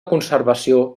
conservació